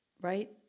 right